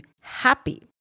happy